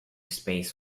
space